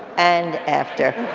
and after.